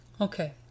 Okay